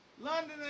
London